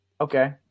Okay